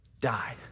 die